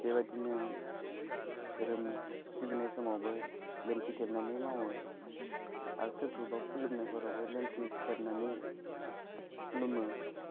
बेबायदिनो धोरोम सिबिनाय समावबो लेंथि थेबनानै मावो आरो सोरखौबा खुलुमनायफोरावबो लेंथि थेबनानै खुलुमो